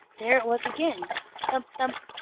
there it was again thump, thump!